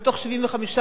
ובתוך 75 יום,